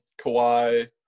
Kawhi